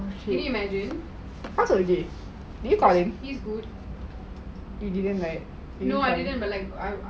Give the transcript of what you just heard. can you imagine